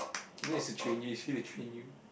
you know is to train you you see to train you